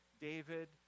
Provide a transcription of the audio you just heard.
David